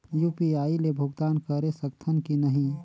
UPI ले भुगतान करे सकथन कि नहीं?